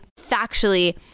factually